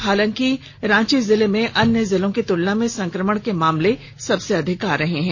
हालांकि रांची जिले में अन्य जिलों की तुलना में संकमण के मामले सबसे अधिक आ रहे हैं